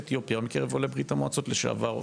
אתיופי או מקרב עולי ברית המועצות לעבר,